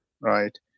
Right